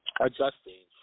adjusting